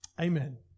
Amen